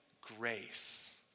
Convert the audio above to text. grace